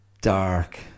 dark